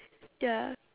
ya